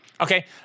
Okay